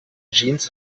jeans